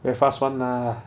very fast [one] lah